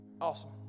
Awesome